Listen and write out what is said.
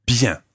Bien